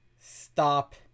stop